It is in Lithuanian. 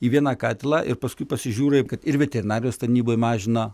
į vieną katilą ir paskui pasižiūri kad ir veterinarijos tarnyboj mažina